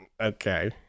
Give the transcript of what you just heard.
Okay